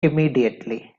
immediately